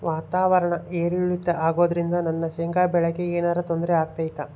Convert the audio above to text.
ವಾತಾವರಣ ಏರಿಳಿತ ಅಗೋದ್ರಿಂದ ನನ್ನ ಶೇಂಗಾ ಬೆಳೆಗೆ ಏನರ ತೊಂದ್ರೆ ಆಗ್ತೈತಾ?